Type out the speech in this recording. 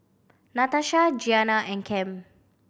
Natasha Gianni and Cam